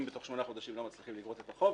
אם בתוך שמונה חודשים לא מצליחים לגבות את החוב,